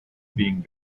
being